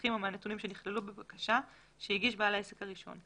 מהמסמכים או מהנתונים שנכללו בבקשה שהגיש בעל העסק הראשון.